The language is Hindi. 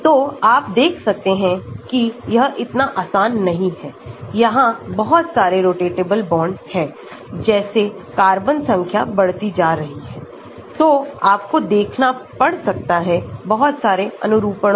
तो आप देख सकते हैं कि यह इतना आसान नहीं हैयहां बहुत सारे रोटेटेबल बॉन्ड हैंजैसे कार्बन संख्या बढ़ती जा रही है तो आपको देखना पड़ सकता हैबहुत सारे अनुरूपनो को